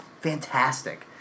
Fantastic